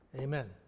Amen